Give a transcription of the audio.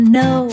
no